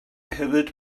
hefyd